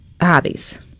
hobbies